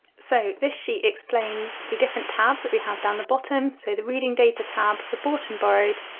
so this sheet explains the different tabs that we have down the bottom so the reading data tab, the bought and borrowed,